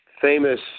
famous